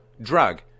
drug